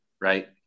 Right